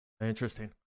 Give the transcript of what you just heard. interesting